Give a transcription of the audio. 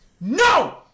No